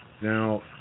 Now